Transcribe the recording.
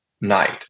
night